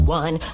one